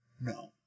No